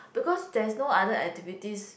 because there's no other activities